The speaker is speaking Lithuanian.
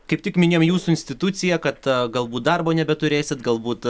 kaip tik minėjom jūsų institucija kad galbūt darbo nebeturėsit galbūt